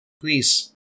please